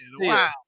wow